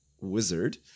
wizard